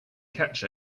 catch